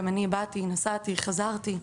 גם אני באתי נסעתי חזרתי,